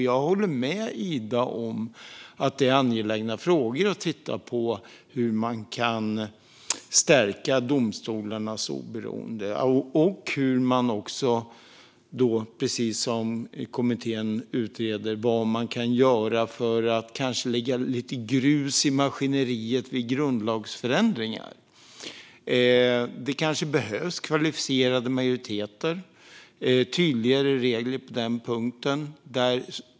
Jag håller med Ida om att det är angeläget att titta på hur man kan stärka domstolarnas oberoende och, precis som kommittén utreder, vad man kan göra för att kanske lägga lite grus i maskineriet vid grundlagsförändringar. Det kanske behövs kvalificerade majoriteter och tydligare regler på den punkten.